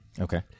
Okay